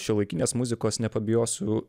šiuolaikinės muzikos nepabijosiu